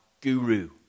guru